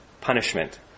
punishment